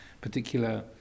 particular